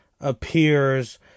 Appears